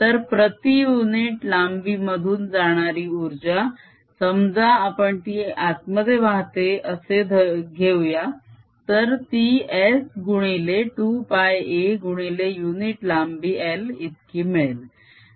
तर प्रती युनिट लांबी मधून जाणारी उर्जा समजा आपण ती आतमध्ये वाहते असे घेऊया तर ती S गुणिले 2πa गुणिले युनिट लांबी l इतकी मिळेल